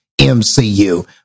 MCU